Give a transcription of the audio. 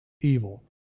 evil